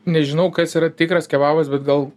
nežinau kas yra tikras kebabas bet gal